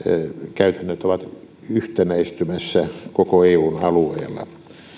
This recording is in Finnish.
käytännöt ovat yhtenäistymässä koko eun alueella